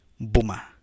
Buma